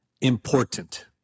important